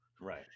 Right